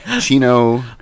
Chino